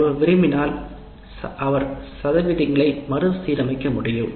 ஒருவர் விரும்பினால் அவன் அவள் சதவீதங்களையும் மறுசீரமைக்க முடியும்